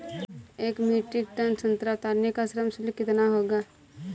एक metric tonne संतरा उतारने का श्रम शुल्क कितना होगा?